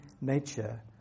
nature